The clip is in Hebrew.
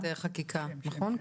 ראש ועדת חקיקה, נכון?